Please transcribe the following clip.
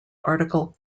article